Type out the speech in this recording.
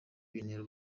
bintera